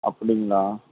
அப்படிங்களா